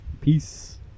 peace